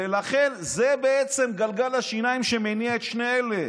ולכן, זה בעצם גלגל השיניים שמניע את שני אלה.